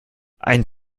ein